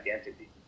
identity